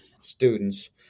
students